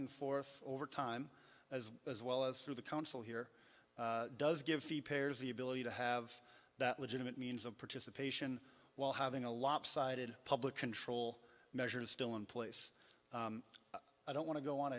and forth over time as as well as through the council here does give the pairs the ability to have that legitimate means of participation while having a lopsided public control measures still in place i don't want to go on